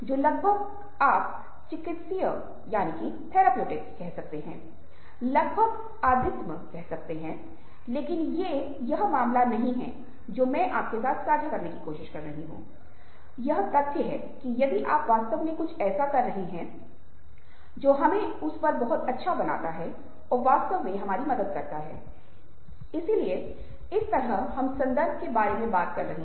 अतः चुनौतीपूर्ण स्टीरियो प्रकार जो आप किसी अन्य देश के दूसरे भाषाई समुदाय से अन्य संस्कृति के व्यक्ति से मिलते हैं आपके पास कुछ विशिष्ट अवधारणाएँ होती हैं स्टीरियो टाइप्स के बारे में कि व्यक्ति किस तरह का अमेरिकी है हमें यह कहना चाहिए कि अनौपचारिक ब्रिटिशर्स या औपचारिक जर्मन हैं और अभिव्यंजक है या विचारशील नहीं हैं